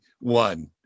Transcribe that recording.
one